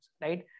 right